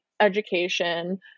education